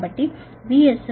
కాబట్టి VS 101